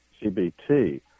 CBT